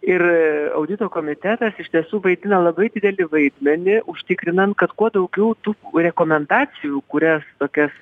ir audito komitetas iš tiesų vaidina labai didelį vaidmenį užtikrinant kad kuo daugiau tų rekomendacijų kurias tokias